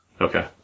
Okay